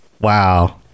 Wow